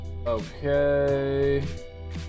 Okay